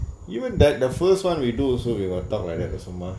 even that the first one we do also we were talked like that some mah